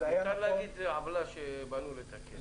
אפשר לומר שזו פשוט עוולה שבאתם לתקן.